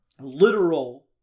literal